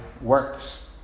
works